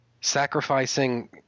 sacrificing